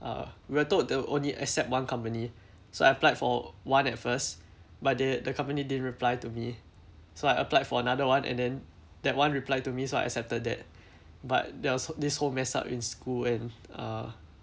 uh we were told they will only accept one company so I applied for one at first but the the company didn't reply to me so I applied for another one and then that one replied to me so I accepted that but there was this whole mess up in school and uh